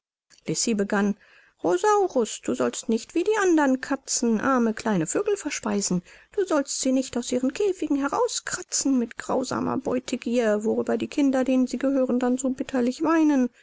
begann rosaurus du sollst nicht wie die andern katzen arme kleine vögel verspeisen du sollst sie nicht aus ihren käfigen herauskratzen mit grausamer blutgier worüber die kinder denen sie gehören dann so bitterlich weinen